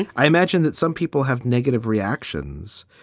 and i imagine that some people have negative reactions.